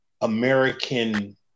American